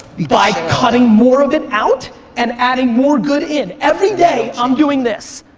by cutting more of it out and adding more good in. every day i'm doing this,